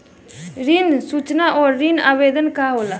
ऋण सूचना और ऋण आवेदन का होला?